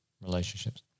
relationships